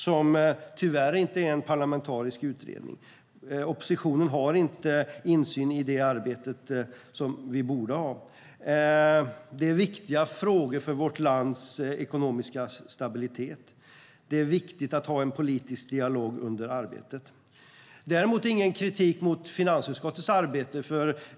Den är tyvärr inte en parlamentarisk utredning. Oppositionen har inte den insyn i arbetet vi borde ha. Det är viktiga frågor för vårt lands ekonomiska stabilitet, och det är viktigt att ha en politisk dialog under arbetet. Däremot finns det ingen kritik mot finansutskottets arbete.